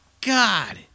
God